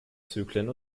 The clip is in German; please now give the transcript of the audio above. zyklen